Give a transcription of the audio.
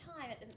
time